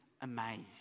amazed